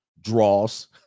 draws